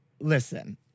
listen